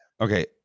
okay